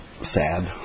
sad